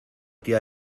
tía